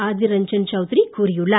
ஆதிர்ரஞ்சன் சௌத்திரி கூறியுள்ளார்